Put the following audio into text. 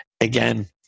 again